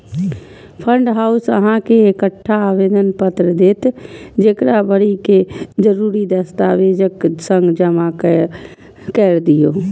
fund house अहां के एकटा आवेदन पत्र देत, जेकरा भरि कें जरूरी दस्तावेजक संग जमा कैर दियौ